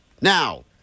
now